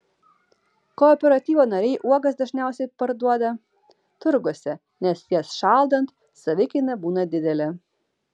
kooperatyvo nariai uogas dažniausiai parduoda turguose nes jas šaldant savikaina būna didelė